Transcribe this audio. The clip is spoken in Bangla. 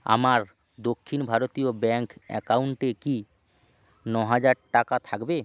আমার দক্ষিণ ভারতীয় ব্যাঙ্ক অ্যাকাউন্টে কি ন হাজার টাকা থাকবে